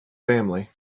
family